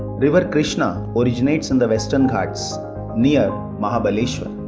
river krishna originates in the western ghats near mahabaleshwar